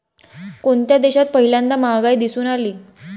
कोणत्या देशात पहिल्यांदा महागाई दिसून आली?